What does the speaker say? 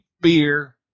beer